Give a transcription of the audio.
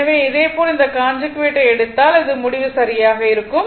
எனவே அதேபோல் இந்த கான்ஜுகேட் எடுத்தால் அதே முடிவு சரியாக கிடைக்கும்